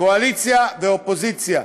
קואליציה ואופוזיציה,